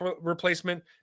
replacement